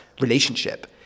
relationship